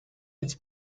its